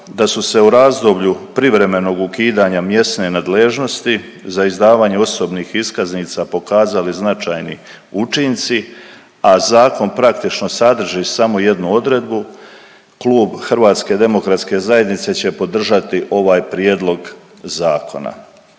da su se u razdoblju privremenom ukidanja mjesne nadležnosti za izdavanje osobnih iskaznica pokazali značajni učinci, a zakon praktički sadrži samo jednu odredbu, klub HDZ-a će podržati ovaj prijedlog zakona.